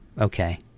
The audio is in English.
Okay